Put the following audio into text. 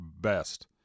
best